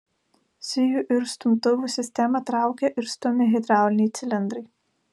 sijų ir stumtuvų sistemą traukia ir stumia hidrauliniai cilindrai